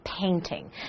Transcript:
painting